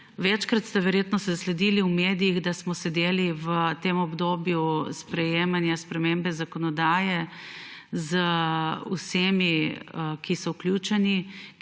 Večkrat ste verjetno zasledili v medijih, da smo sedeli v obdobju sprejemanja spremembe zakonodaje z vsemi, ki so vključeni,